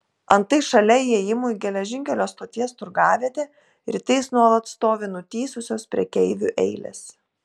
antai šalia įėjimų į geležinkelio stoties turgavietę rytais nuolat stovi nutįsusios prekeivių eilės